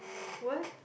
what